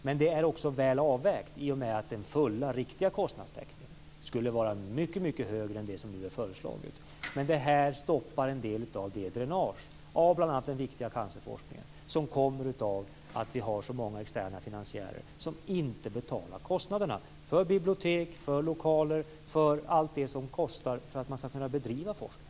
Men det är också väl avvägt i och med att den fulla kostnadstäckningen skulle vara mycket högre än det som nu är föreslaget. Men detta stoppar en del av det dränage av bl.a. den viktiga cancerforskningen som kommer av att vi har så många externa finansiärer som inte betalar kostnaderna för bibliotek, lokaler och allt det som kostar för att man ska kunna bedriva forskning.